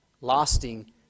lasting